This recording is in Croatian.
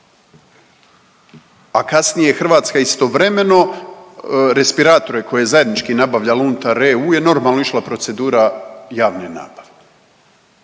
a kasnije je Hrvatska istovremeno respiratore koje je zajednički nabavljala unutar EU je normalno išla procedura javne nabave?